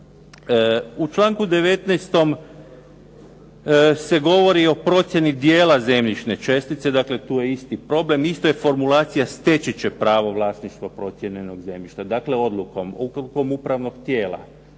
U članku 19. se govori o procjeni dijela zemljišne čestice. Dakle, tu je isti problem. Isto je formulacija, steći će pravo vlasništvo procijenjenog zemljišta. Dakle, odlukom upravnog tijela